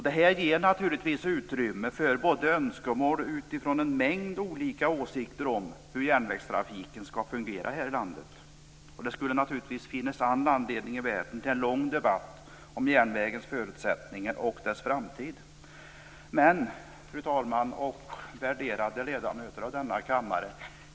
Det ger naturligtvis utrymme för önskemål utifrån en mängd olika åsikter om hur järnvägstrafiken skall fungera här i landet. Det skulle naturligtvis finnas all anledning i världen till en lång debatt om järnvägens förutsättningar och dess framtid. Fru talman och värderade ledamöter av denna kammare!